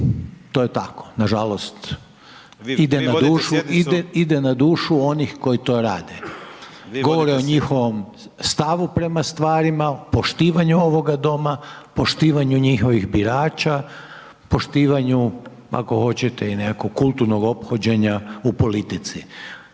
to je tako, nažalost ide na dušu onih koji to rade. Govore o njihovom stavu prema stvarima, poštivanju ovoga Doma, poštivanju njihovih birača, poštivanju, ako hoćete i nekakvog kulturnog ophođenja u politici.